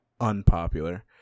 Unpopular